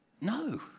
No